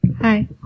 Hi